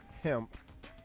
hemp